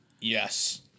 Yes